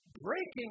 breaking